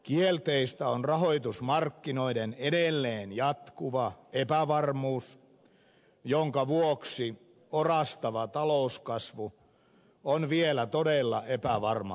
kielteistä on rahoitusmarkkinoiden edelleen jatkuva epävarmuus jonka vuoksi orastava talouskasvu on vielä todella epävarmalla pohjalla